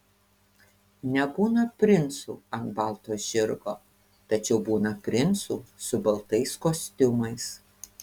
nebūna princų ant balto žirgo tačiau būna princų su baltais kostiumais